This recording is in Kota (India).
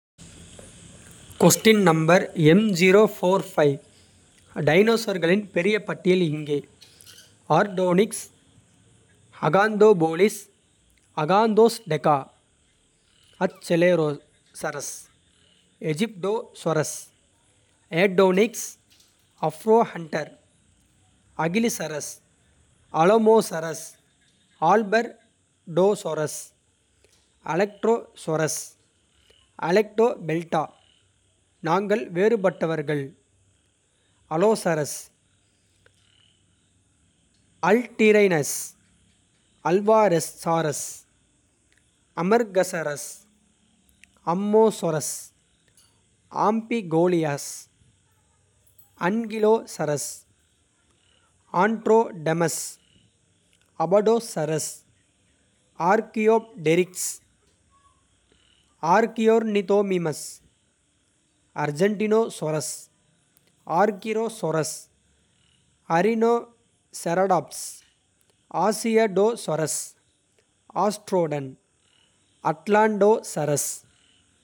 டைனோசர்களின் பெரிய பட்டியல் இங்கே. Aardonyx Acanthopholis Acanthostega. Achelousaurus Aegyptosaurus Aetonyx. Afrovenator Agilisaurus Alamosaurus. Albertosaurus Alectrosaurus. Aletopelta நாங்கள் வேறுபட்டவர்கள். Allosaurus Altirhinus Alvarezsaurus Amargasaurus Ammosaurus Amphicoelias. Ankylosaurus Antrodemus Apatosaurus Archaeopteryx Archaeornithomimus. Argentinosaurus Argyrosaurus. Arrhinoceratops Asiatosaurus. Astrodon Atlantosaurus.